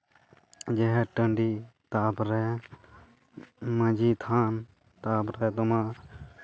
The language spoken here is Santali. ᱡᱟᱦᱮᱨ ᱴᱟᱺᱰᱤ ᱛᱟᱨᱯᱚᱨᱮ ᱢᱟᱺᱡᱷᱤ ᱛᱷᱟᱱ ᱛᱟᱨᱯᱚᱨᱮ ᱛᱳᱢᱟᱨ